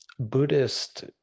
buddhist